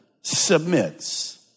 submits